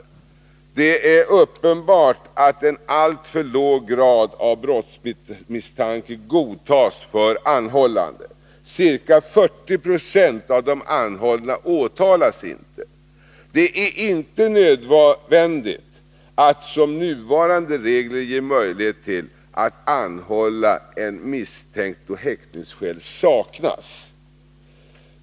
vissa regler om fri Det är uppenbart att en alltför låg grad av brottsmisstanke godtas för hetsberövande anhållande. Ca 40 96 av de anhållna åtalas inte. Det är inte nödvändigt att, som nuvarande regler ger möjlighet till, anhålla en misstänkt då häktningsskäl saknas.